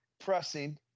pressing